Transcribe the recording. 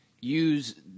use